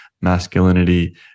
masculinity